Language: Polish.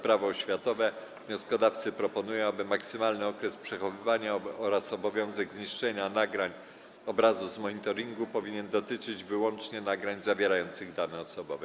Prawo oświatowe wnioskodawcy proponują, aby maksymalny okres przechowywania oraz obowiązek zniszczenia nagrań obrazu z monitoringu dotyczył wyłącznie nagrań zawierających dane osobowe.